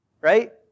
Right